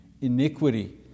iniquity